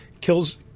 Kills